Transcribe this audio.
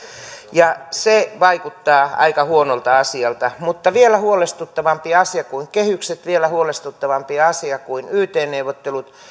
ja se vaikuttaa aika huonolta asialta vielä huolestuttavampi asia kuin kehykset vielä huolestuttavampi asia kuin yt neuvottelut